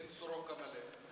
ואם "סורוקה" מלא?